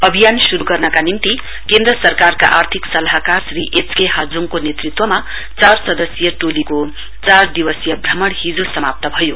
अभियान शुरु गर्नका निम्ति केन्द्र सरकारका अर्थिक सल्लाहकार श्री एचके हाजोङको नेतृत्वमा चार सदस्यीय टोलीको चार दिवसीय भ्रमण हिजो समाप्ते भयो